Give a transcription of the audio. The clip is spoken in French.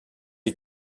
les